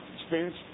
experience